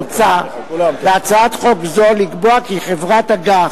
מוצע בהצעת חוק זו לקבוע כי חברות אג"ח,